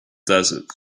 desert